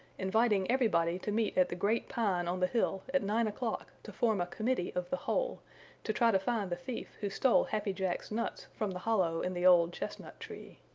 inviting everybody to meet at the great pine on the hill at nine o'clock to form a committee of the whole to try to find the thief who stole happy jack's nuts from the hollow in the old chestnut tree.